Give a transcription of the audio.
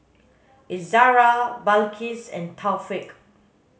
Izzara Balqis and Taufik